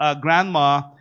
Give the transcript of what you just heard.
grandma